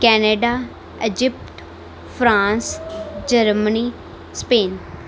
Canada Egypt France Germany Spain